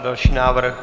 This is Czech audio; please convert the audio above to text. Další návrh.